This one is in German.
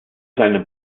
seinem